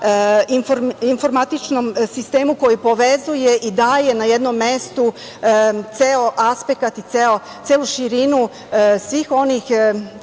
informatičnom sistemu koji povezuje i daje na jednom mestu ceo aspekat i celu širinu svih onih